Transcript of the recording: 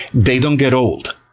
they don't get old.